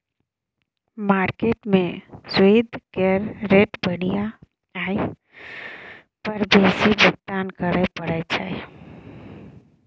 market में सूइद केर रेट बढ़ि जाइ पर बेसी भुगतान करइ पड़इ छै